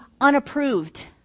unapproved